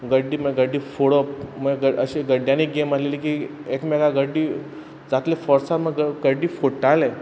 गड्डे म्हण गड्डे फोडप माय ग अशें गड्ड्यांनी गेम आल्हेली की एकमेका गड्डे जातले फोर्सा मग गड्डे फोडटाले